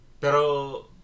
pero